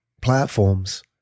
platforms